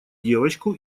девчонку